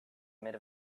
made